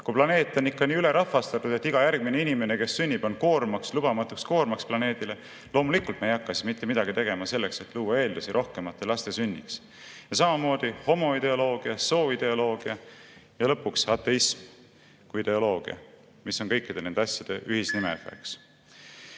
kui planeet on ikka nii ülerahvastatud, et iga järgmine inimene, kes sünnib, on koormaks, lubamatuks koormaks planeedile, siis loomulikult me ei hakka mitte midagi tegema selleks, et luua eeldusi rohkemate laste sünniks. Samamoodi homoideoloogia, sooideoloogia ja lõpuks ateism kui ideoloogia, mis on kõikide nende asjade ühisnimetaja. Nii